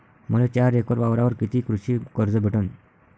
मले चार एकर वावरावर कितीक कृषी कर्ज भेटन?